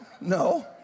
No